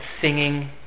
singing